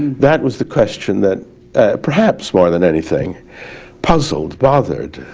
that was the question that perhaps more than anything puzzled, bothered,